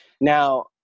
Now